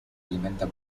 alimenta